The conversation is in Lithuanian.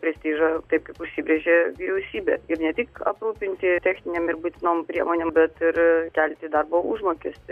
prestižą taip kaip užsibrėžė vyriausybė ir ne tik aprūpinti techninėm ir būtinom priemonėm bet ir kelti darbo užmokestį